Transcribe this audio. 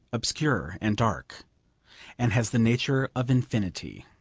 obscure, and dark and has the nature of infinity